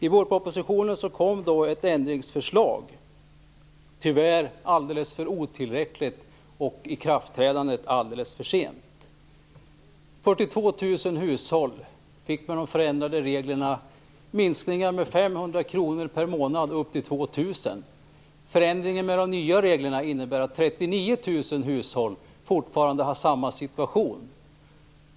I vårpropositionen kom ett ändringsförslag, som tyvärr var alldeles otillräckligt och vars ikraftträdande sker alldeles för sent. Genom de förändrade reglerna fick 42 000 hushåll minskningar med 500-2 000 kr per månad. De nya reglerna innebär att 39 000 hushåll fortfarande har samma situation.